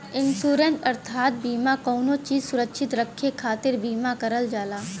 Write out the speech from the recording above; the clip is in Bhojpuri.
इन्शुरन्स अर्थात बीमा कउनो चीज सुरक्षित करे खातिर बीमा करल जाला